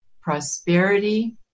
prosperity